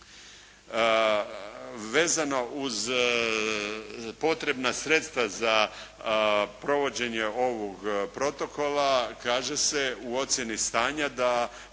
Vezano uz potrebna sredstva za provođenje ovog protokola kaže se u ocjeni stanja da